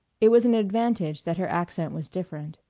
it was an advantage that her accent was different.